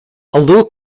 although